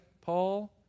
Paul